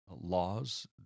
laws